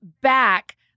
back